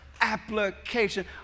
application